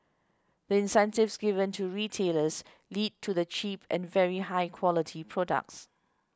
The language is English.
the incentives given to retailers lead to the cheap and very high quality products